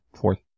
Fourth